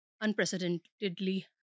unprecedentedly